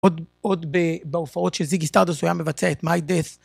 עוד בהופעות של זיגי סטארדס הוא היה מבצע את מיי דאף.